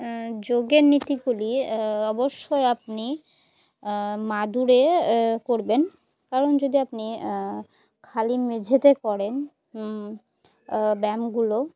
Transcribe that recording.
যোগের নীতিগুলি অবশ্যই আপনি মাদুরে করবেন কারণ যদি আপনি খালি মেঝেতে করেন ব্যায়ামগুলো